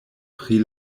pri